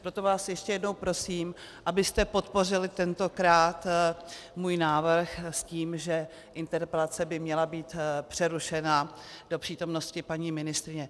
Proto vás ještě jednou prosím, abyste podpořili tentokrát můj návrh s tím, že interpelace by měla být přerušena do přítomnosti paní ministryně.